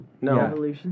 No